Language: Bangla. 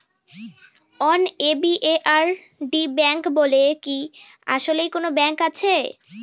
এন.এ.বি.এ.আর.ডি ব্যাংক বলে কি আসলেই কোনো ব্যাংক আছে?